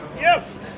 yes